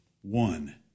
One